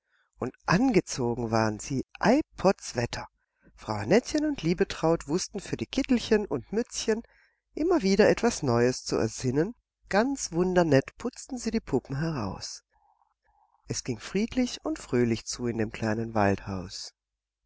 und angezogen waren sie ei potzwetter frau annettchen und liebetraut wußten für die kittelchen und mützchen immer wieder etwas neues zu ersinnen ganz wundernett putzten sie die puppen heraus es ging friedlich und fröhlich zu im kleinen waldhaus